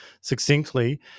succinctly